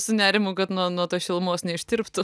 su nerimu kad nuo nuo tos šilumos neištirptų